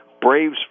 Braves